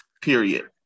Period